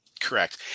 Correct